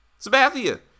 Sabathia